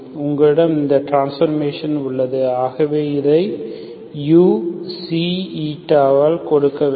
உங்களிடம் இந்த ட்ரான்ஸ்போர்மேஷன் உள்ளது ஆகவே இதை uξη இல் கொடுக்க வேண்டும்